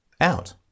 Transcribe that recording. out